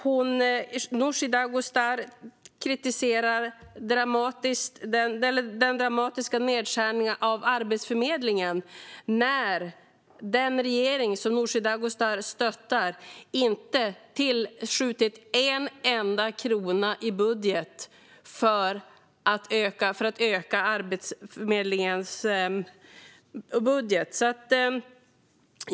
Nooshi Dadgostar kritiserar den dramatiska nedskärningen av Arbetsförmedlingen när den regering som Nooshi Dadgostar stöttar inte har tillskjutit en enda krona för att öka Arbetsförmedlingens budget.